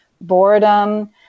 boredom